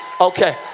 Okay